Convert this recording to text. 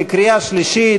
בקריאה שלישית,